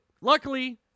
luckily